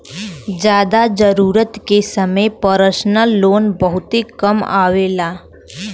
जादा जरूरत के समय परसनल लोन बहुते काम आवेला